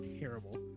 terrible